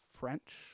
French